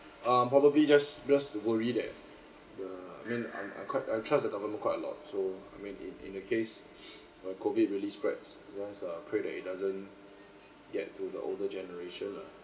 uh probably just just worry that the I mean I'm I'm quite I trust the government quite a lot so I mean in in the case the COVID really spreads just uh prayed that it doesn't get to the older generation lah